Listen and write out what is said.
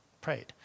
prayed